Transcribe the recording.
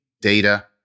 data